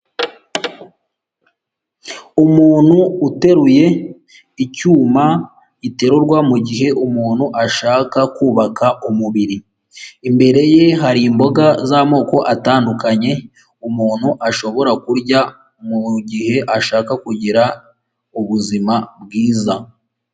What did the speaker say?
Umuntu uteruye icyuma iterurwa mu gihe umuntu ashaka kubaka umubiri, imbere ye hari imboga z'amoko atandukanye, umuntu ashobora kurya mu gihe ashaka kugira ubuzima bwiza.